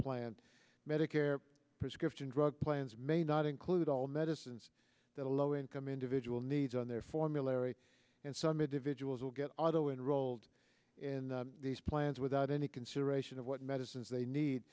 plan medicare prescription drug plans may not include all medicines that a low income individual needs on their formulary and some individuals will get although enrolled in these plans without any consideration of what medicines they